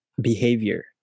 behavior